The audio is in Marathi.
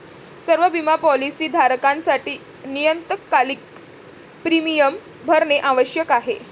सर्व बिमा पॉलीसी धारकांसाठी नियतकालिक प्रीमियम भरणे आवश्यक आहे